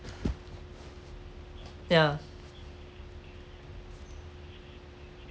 yeah